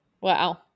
Wow